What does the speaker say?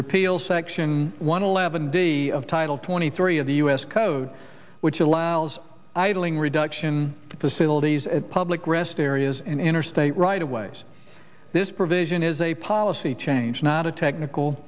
repeal section one eleven d of title twenty three of the us code which allows idling reduction facilities at public rest areas in interstate right away as this provision is a policy change not a technical